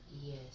Yes